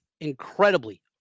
incredibly